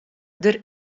der